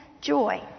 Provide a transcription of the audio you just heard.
joy